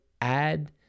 add